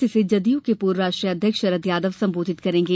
जिसे जदयू के पूर्व राष्ट्रीय अध्यक्ष शरद यादव संबोधित करेंगे